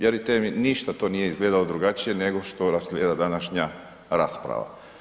Vjerujte mi ništa to nije izgledalo drugačije nego što izgleda današnja rasprava.